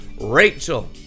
Rachel